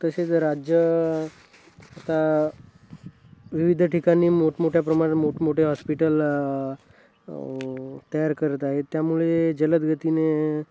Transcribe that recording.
तसेच राज्य ता विविध ठिकाणी मोठमोठ्या प्रमाणात मोठमोठे हॉस्पिटल तयार करत आहेत त्यामुळे जलदगतीने